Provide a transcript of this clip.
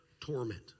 torment